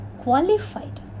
qualified